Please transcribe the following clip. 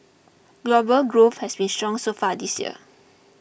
global growth has been strong so far this year